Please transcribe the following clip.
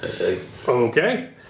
Okay